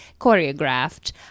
choreographed